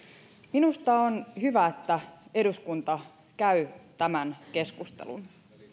minusta on hyvä että eduskunta käy tämän keskustelun